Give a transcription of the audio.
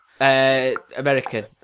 American